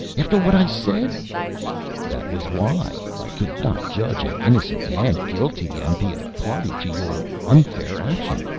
after what i said that was why. i could not judge an innocent man guilty and be a party to your unfair action.